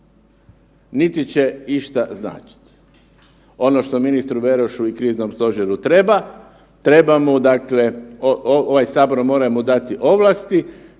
niti će išta značiti. Ono što ministru Berošu i kriznom stožeru treba, treba mu dakle, ovaj Sabor mora mu dati ovlasti